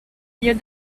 lloc